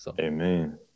Amen